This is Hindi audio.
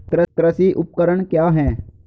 कृषि उपकरण क्या है?